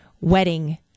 wedding